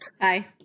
Hi